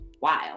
wild